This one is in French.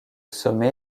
sommet